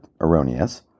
erroneous